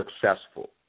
successful